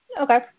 Okay